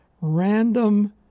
random